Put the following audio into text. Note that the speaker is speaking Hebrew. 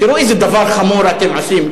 תראו איזה דבר חמור אתם עושים,